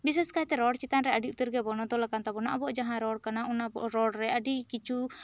ᱵᱤᱥᱮᱥ ᱠᱟᱭ ᱛᱮ ᱨᱚᱲ ᱪᱮᱛᱟᱱ ᱨᱮ ᱟᱹᱰᱤ ᱩᱛᱟᱹᱨ ᱜᱮ ᱵᱚᱱᱚᱫᱚᱞ ᱟᱠᱟᱱ ᱛᱟᱵᱚᱱᱟ ᱟᱵᱚᱣᱟᱜ ᱡᱟᱦᱟᱸ ᱨᱚᱲ ᱠᱟᱱᱟ ᱚᱱᱟ ᱨᱚᱲ ᱨᱮ ᱟᱹᱰᱤ ᱠᱤᱠᱷᱩ